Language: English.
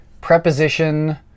preposition